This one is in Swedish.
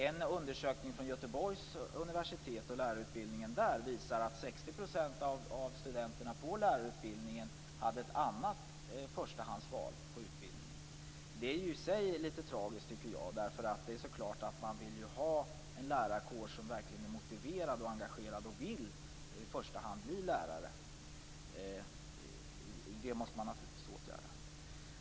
En undersökning av lärarutbildningen vid Göteborgs universitet visar att 60 % av studenterna hade ett annat förstahandsval för sin utbildning. Det är i sig litet tragiskt, tycker jag. Det är så klart att man vill ha en lärarkår som verkligen är motiverad, engagerad och som i första hand vill bli lärare. Det måste man naturligtvis åtgärda.